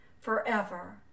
forever